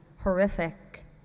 horrific